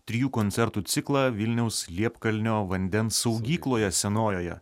trijų koncertų ciklą vilniaus liepkalnio vandens saugykloje senojoje